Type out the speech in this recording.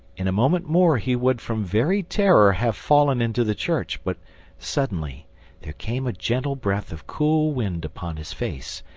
in a moment more he would from very terror have fallen into the church, but suddenly there came a gentle breath of cool wind upon his face,